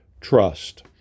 trust